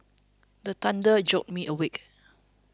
the thunder jolt me awake